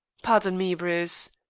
pardon me, bruce.